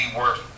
worth